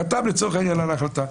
חתם לצורך העניין על ההחלטה.